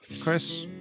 Chris